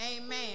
Amen